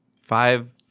five